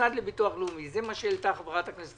במוסד לביטוח לאומי זה מה ששאלה חברת הכנסת